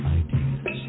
ideas